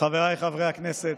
חבריי חברי הכנסת,